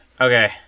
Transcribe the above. Okay